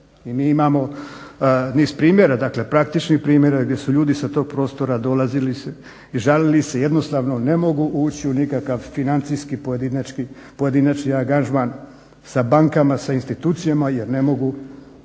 i mi imamo niz primjera, dakle praktičnih primjera gdje su ljudi sa tog prostora dolazili i žalili se. Jednostavno ne mogu ući u nikakav financijski pojedinačni angažman sa bankama, sa institucijama jer ne mogu